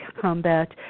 combat